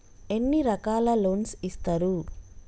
ఎన్ని రకాల లోన్స్ ఇస్తరు?